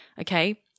Okay